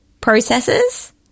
processes